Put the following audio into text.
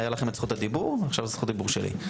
הייתה לכם את זכות הדיבור ועכשיו זכות הדיבור שלי.